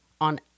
on